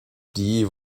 dhaoibh